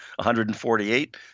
148